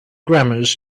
grammars